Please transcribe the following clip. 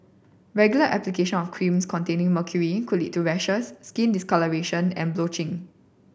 regular application of creams containing mercury could lead to rashes skin discolouration and blotching